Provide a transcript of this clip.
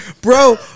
bro